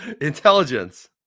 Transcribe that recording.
Intelligence